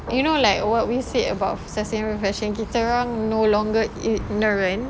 you know like what we said about sustainable fashion kita orang no longer ignorant